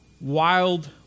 wild